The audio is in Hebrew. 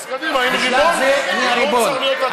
אז קדימה, אם ריבון, אז ריבון צריך להיות הגון.